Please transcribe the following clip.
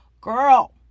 girl